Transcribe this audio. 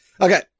Okay